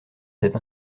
cette